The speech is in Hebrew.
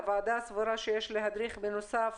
הוועדה סבורה שיש להדריך בנוסף,